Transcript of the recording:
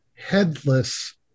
Headless